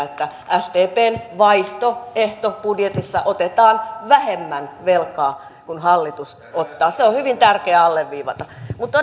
että sdpn vaihtoehtobudjetissa otetaan vähemmän velkaa kuin hallitus ottaa se on hyvin tärkeää alleviivata mutta